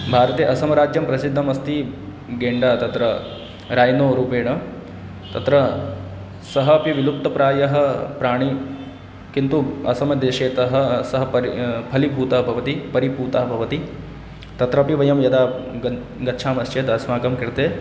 भारते असामराज्यं प्रसिद्धम् अस्ति गेण्डा तत्र रैनो रूपेण तत्र सः अपि विलुप्तप्रायः प्राणी किन्तु असामदेशे तः सः परि फलिभूतः भवति परिपूतः भवति तत्रपि वयं यदा गन् गच्छामश्चेत् अस्माकं कृते